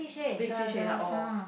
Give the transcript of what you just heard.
big fish enough all